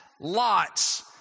lots